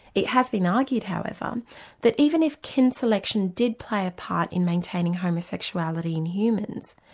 it has been argued however um that even if kin selection did play a part in maintaining homosexuality in humans,